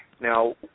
Now